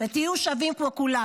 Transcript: ותהיו שווים כמו כולם.